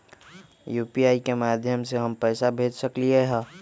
UPI के माध्यम से हम पैसा भेज सकलियै ह?